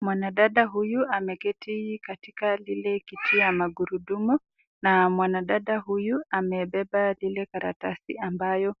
Mwanadada huyu ameketi katika lile kiti ya magurudumu na mwanadada huyu amebeba lile karatasi ambayo